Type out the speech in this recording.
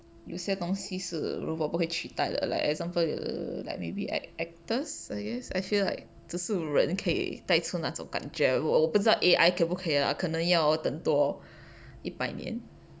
有些东西是如果不不可以取代的 like example uh like maybe actors I guess I feel like 只是人可以带出那种感觉我不知道 A_I 可以不可以 ah 可能要等多